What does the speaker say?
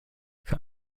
für